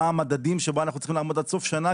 מה המדדים שבהם אנחנו צריכים לעמוד עד סוף שנה